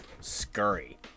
scurry